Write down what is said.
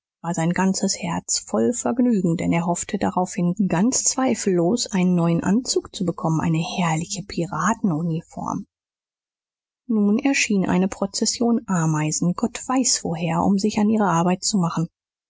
war sein ganzes herz voll vergnügen denn er hoffte daraufhin ganz zweifellos einen neuen anzug zu bekommen eine herrliche piratenuniform nun erschien eine prozession ameisen gott weiß woher um sich an ihre arbeit zu machen